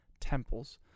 temples